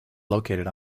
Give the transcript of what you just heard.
located